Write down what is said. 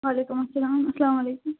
وعلیکُم اسلام اسلامُ علیکُم